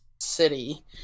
city